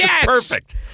perfect